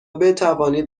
بتوانید